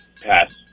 Pass